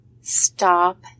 Stop